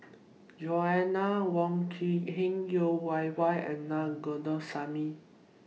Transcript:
Joanna Wong Quee Heng Yeo Wei Wei and Na Govindasamy